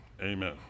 Amen